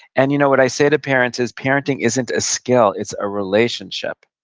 and you know, what i say to parents is, parenting isn't a skill. it's a relationship.